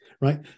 right